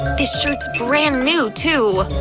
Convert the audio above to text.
this shirt's brand new too!